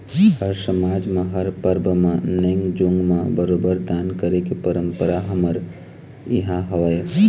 हर समाज म हर परब म नेंग जोंग म बरोबर दान करे के परंपरा हमर इहाँ हवय